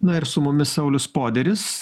na ir su mumis saulius poderis